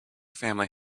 family